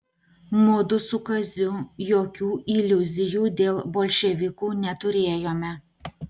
mudu su kaziu jokių iliuzijų dėl bolševikų neturėjome